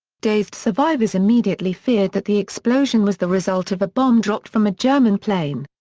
dazed survivors immediately feared that the explosion was the result of a bomb dropped from a german plane.